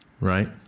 right